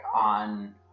on